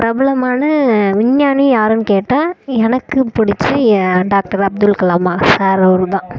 பிரபலமான விஞ்ஞானி யாருனு கேட்டால் எனக்கு பிடிச்ச டாக்டர் அப்துல்கலாம் சார் அவர் தான்